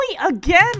again